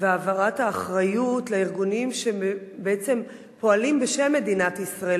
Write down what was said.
ואת העברת האחריות לארגונים שבעצם פועלים בשם מדינת ישראל.